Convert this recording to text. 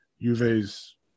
Juve's